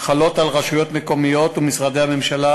חלות על רשויות מקומיות ומשרדי הממשלה,